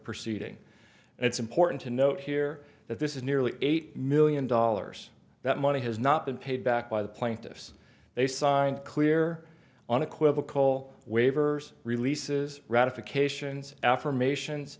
proceeding and it's important to note here that this is nearly eight million dollars that money has not been paid back by the plaintiffs they signed clear on equivocal waivers releases ratifications affirmations